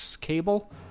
cable